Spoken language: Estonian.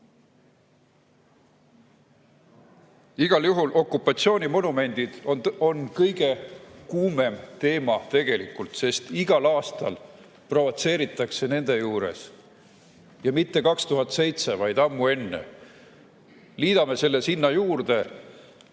Igal juhul okupatsioonimonumendid on kõige kuumem teema tegelikult, sest igal aastal provotseeritakse nende juures. Ja mitte 2007, vaid ammu enne. Liidame selle sinna juurde,